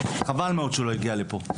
חבל מאוד שהוא לא הגיע לפה.